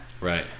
Right